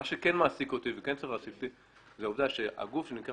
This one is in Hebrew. מה שכן מעסיק אותי זה שהגוף שנקרא